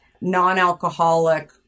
non-alcoholic